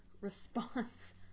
Response